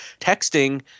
texting